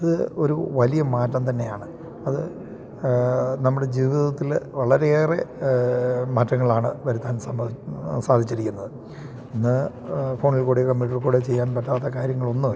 അത് ഒരു വലിയ മാറ്റം തന്നെയാണ് അത് നമ്മുടെ ജീവിതത്തിൽ വളരെയേറെ മാറ്റങ്ങളാണ് വരുത്താൻ സാധിച്ചിരിക്കുന്നത് ഇന്ന് ഫോണിൽക്കൂടെയോ കമ്പ്യൂട്ടറിൽക്കൂടെയോ ചെയ്യാൻ പറ്റാത്ത കാര്യങ്ങളൊന്നും ഇല്ല